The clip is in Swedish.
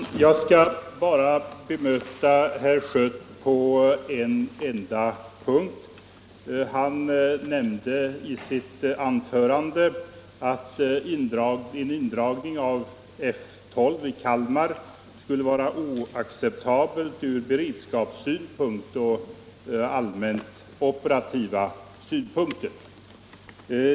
Herr talman! Jag skall bara bemöta herr Schött på en enda punkt. Herr Schött nämnde i sitt anförande att en indragning av F 12 i Kalmar skulle vara oacceptabel ur beredskapssynpunkt och ur allmänt operativa synpunkter.